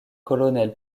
colonel